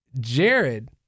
Jared